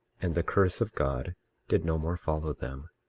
and the curse of god did no more follow them.